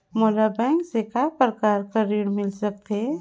मोला बैंक से काय प्रकार कर ऋण मिल सकथे?